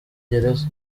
gereza